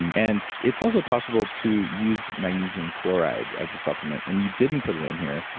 and and it's also possible to use magnesium chloride as a supplement. and you didn't put in here,